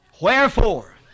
Wherefore